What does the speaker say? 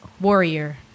warrior